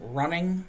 running